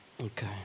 Okay